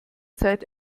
zeit